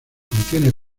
contiene